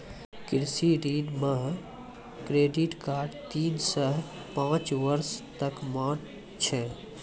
कृषि ऋण मह क्रेडित कार्ड तीन सह पाँच बर्ष तक मान्य छै